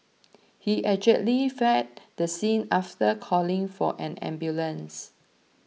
he allegedly fled the scene after calling for an ambulance